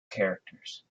characters